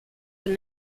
been